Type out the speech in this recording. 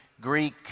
Greek